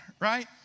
right